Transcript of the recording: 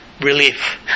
relief